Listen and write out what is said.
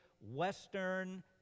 Western